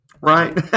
right